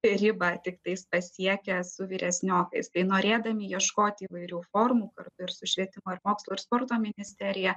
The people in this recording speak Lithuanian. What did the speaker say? ribą tiktais pasiekę su vyresniokais tai norėdami ieškoti įvairių formų kartu ir su švietimo ir mokslo ir sporto ministerija